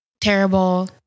terrible